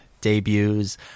debuts